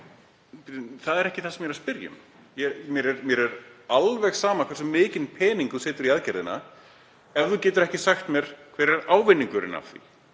það er ekki það sem ég er að spyrja um. Mér er alveg sama hversu mikinn pening þú setur í aðgerðina ef þú getur ekki sagt mér hver ávinningurinn af